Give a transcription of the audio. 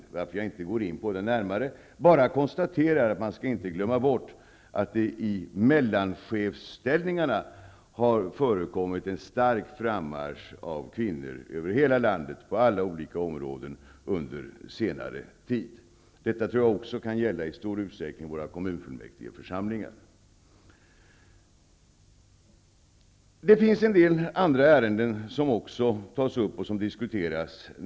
Därför går jag inte närmare in på den. Jag konstaterar bara att man inte skall glömma bort att det beträffande chefer i mellanställning under senare tid har förekommit en stark frammarsch från kvinnornas sida över hela landet och på alla olika områden. Jag tror att det i stor utsträckning också gäller i våra kommunfullmäktigeförsamlingar. En del andra ärenden tas också upp till närmare diskussion.